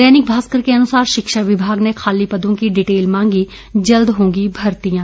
दैनिक भास्कर के अनुसार शिक्षा विमाग ने खाली पदों की डिटेल मांगी जल्द होंगी मर्तियां